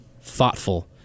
thoughtful